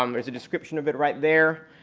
um there's a description of it right there.